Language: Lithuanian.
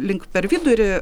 link per vidurį